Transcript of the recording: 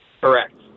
Correct